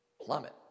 plummet